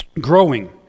growing